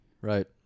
Right